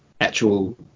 actual